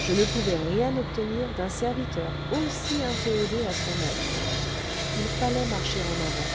je ne pouvais rien obtenir d'un serviteur aussi inféodé à son maître il fallait marcher en avant